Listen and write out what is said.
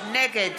נגד